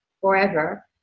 forever